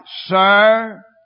Sir